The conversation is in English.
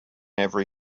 every